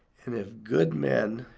and if good men